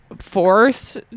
force